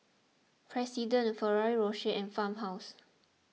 President Ferrero Rocher and Farmhouse